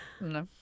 No